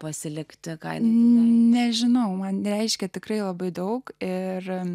pasilikti kaime nežinau man reiškia tikrai labai daug ir